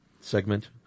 segment